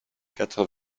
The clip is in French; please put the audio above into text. quatre